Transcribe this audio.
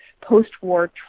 post-war